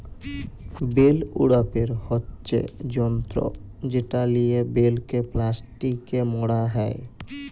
bell উড়াপের হচ্যে যন্ত্র যেটা লিয়ে বেলকে প্লাস্টিকে মড়া হ্যয়